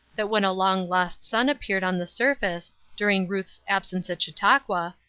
that when a long lost son appeared on the surface, during ruth's absence at chautauqua,